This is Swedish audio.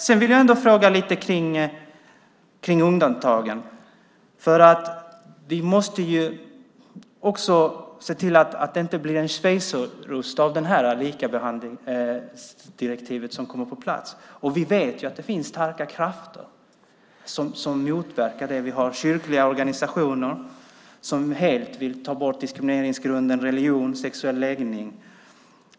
Sedan vill jag fråga lite om undantagen. Vi måste ju också se till att det likabehandlingsdirektiv som kommer på plats inte blir en schweizerost. Vi vet att det finns starka krafter som motverkar direktivet. Vi har kyrkliga organisationer som helt vill ta bort diskrimineringsgrunderna religion och sexuell läggning.